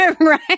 right